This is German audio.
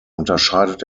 unterscheidet